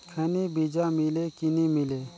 खैनी बिजा मिले कि नी मिले?